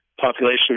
population